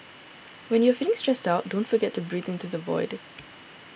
when you are feeling stressed out don't forget to breathe into the void